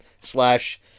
slash